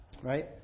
right